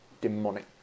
demonic